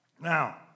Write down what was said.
Now